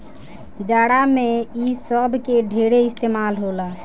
जाड़ा मे इ सब के ढेरे इस्तमाल होला